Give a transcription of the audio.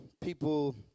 people